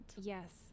Yes